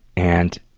and,